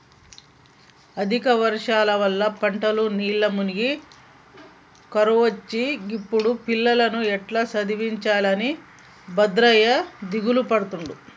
అధిక వర్షాల వల్ల పంటలు నీళ్లల్ల మునిగి కరువొచ్చే గిప్పుడు పిల్లలను ఎట్టా చదివించాలె అని భద్రయ్య దిగులుపడుతుండు